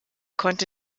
konnte